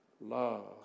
love